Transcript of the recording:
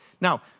Now